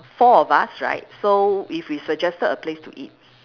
four of us right so if we suggested a place to eat